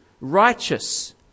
righteous